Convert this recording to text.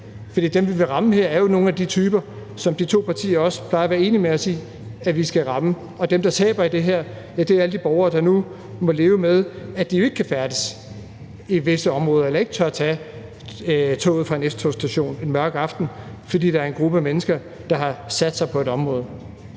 for dem, vi vil ramme her, er jo nogle af de typer, som de to partier også plejer at være enig med os i vi skal ramme, og dem, der taber i det her, er alle de borgere, der nu må leve med, at de ikke kan færdes i visse områder eller ikke tør tage toget fra en S-togsstation en mørk aften, fordi der er en gruppe mennesker, der har sat sig på et område.